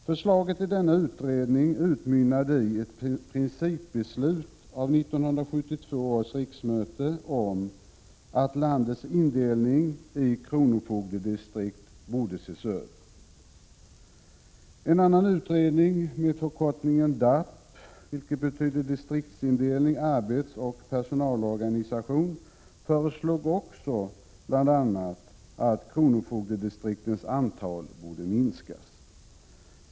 Förslagen i denna utredning utmynnade i ett principbeslut av 1972 års riksmöte om att landets indelning i kronofogdedistrikt borde ses över. En annan utredning med förkortningen DAP - vilket betyder distriktsindelning, arbetsoch personalorganisation — föreslog också bl.a. att kronofogdedistriktens antal borde minskas.